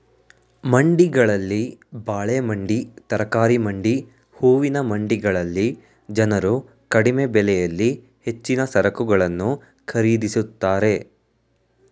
ಮಂಡಿಗಳಲ್ಲಿ ಬಾಳೆ ಮಂಡಿ, ತರಕಾರಿ ಮಂಡಿ, ಹೂವಿನ ಮಂಡಿಗಳಲ್ಲಿ ಜನರು ಕಡಿಮೆ ಬೆಲೆಯಲ್ಲಿ ಹೆಚ್ಚಿನ ಸರಕುಗಳನ್ನು ಖರೀದಿಸುತ್ತಾರೆ